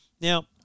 Now